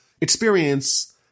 experience